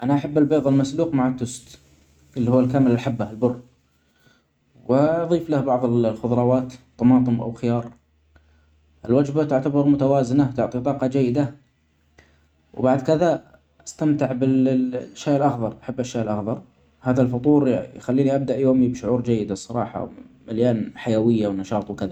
أنا أحب البيض المسلوق مع التوست اللي هو كامل الحبة البر ، وأظيف له بعض الخضروات طماطم أو خيار الوجبة تعتبر متوازنة ، تعطي طاقة جيدة ، وبعد كده أستمتع بال-ال-الشاي الأخضر أحب الشاي الأخظر هذا الفطور يخليني أبدا يومي بشعور جيد الصراحة مليان حيوية ونشاط وكذا.